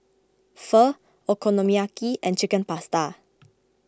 Pho Okonomiyaki and Chicken Pasta